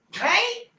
right